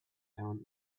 and